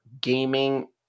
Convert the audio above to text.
gaming